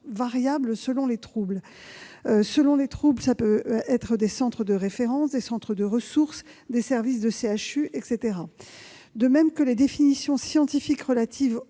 variable selon les troubles et peut relever, entre autres, des centres de référence, des centres de ressources, des services de CHU. De même, les définitions scientifiques relatives